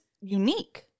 unique